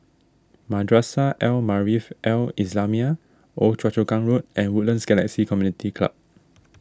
Madrasah Al Maarif Al Islamiah Old Choa Chu Kang Road and Woodlands Galaxy Community Club